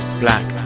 black